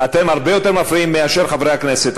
אתם הרבה יותר מפריעים מחברי הכנסת.